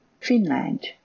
Finland